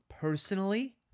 personally